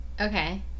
Okay